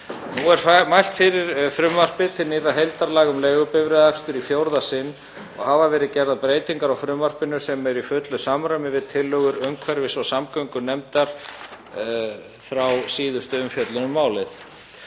Nú er mælt fyrir frumvarpi til nýrra heildarlaga um leigubifreiðaakstur í fjórða sinn og hafa verið gerðar breytingar á frumvarpinu sem eru í fullu samræmi við tillögur umhverfis- og samgöngunefndar frá síðustu umfjöllun um málið.